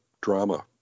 drama